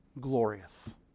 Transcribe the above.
glorious